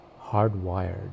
hardwired